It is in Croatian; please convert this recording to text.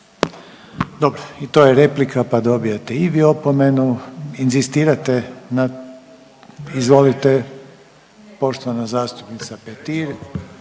Dobro i to je replika pa dobijate i vi opomenu. Inzistirate na, izvolite poštovana zastupnica Petir.